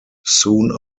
soon